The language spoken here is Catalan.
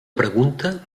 pregunta